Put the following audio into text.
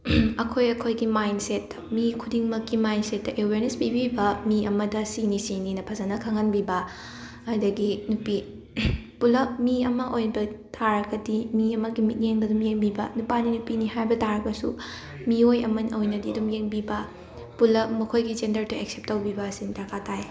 ꯑꯩꯈꯣꯏ ꯑꯩꯈꯣꯏꯒꯤ ꯃꯥꯏꯟꯁꯦꯠ ꯃꯤ ꯈꯨꯗꯤꯡꯃꯛꯀꯤ ꯃꯥꯏꯟꯁꯦꯠꯇ ꯑꯦꯋꯦꯔꯅꯦꯁ ꯄꯤꯕꯤꯕ ꯃꯤ ꯑꯃꯗ ꯁꯤꯅꯤ ꯁꯤꯅꯤꯅ ꯐꯖꯟꯅ ꯈꯪꯍꯟꯕꯤꯕ ꯑꯗꯒꯤ ꯅꯨꯄꯤ ꯄꯨꯂꯞ ꯃꯤ ꯑꯃ ꯑꯣꯏꯕ ꯊꯥꯔꯒꯗꯤ ꯃꯤꯒꯤ ꯃꯤꯠꯌꯦꯡꯗ ꯑꯗꯨꯝ ꯌꯦꯡꯕꯤꯕ ꯅꯨꯄꯥꯅꯤ ꯅꯨꯄꯤꯅꯤ ꯍꯥꯏꯕ ꯇꯥꯔꯕꯁꯨ ꯃꯤꯑꯣꯏ ꯑꯃ ꯑꯣꯏꯅꯒꯤ ꯑꯗꯨꯝ ꯌꯦꯡꯕꯤꯕ ꯄꯨꯂꯞ ꯃꯈꯣꯏꯒꯤ ꯖꯦꯟꯗꯔꯗ ꯑꯦꯛꯁꯦꯞ ꯇꯧꯕꯤꯕ ꯑꯁꯤꯃ ꯗꯔꯀꯥꯔ ꯇꯥꯏ